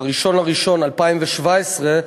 ב-1 בינואר 2017,